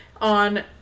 on